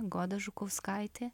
goda žukauskaitė